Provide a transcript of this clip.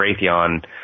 Raytheon